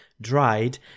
dried